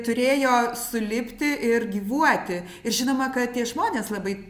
turėjo sulipti ir gyvuoti ir žinoma kad tie žmonės labai